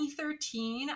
2013